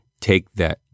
TAKETHAT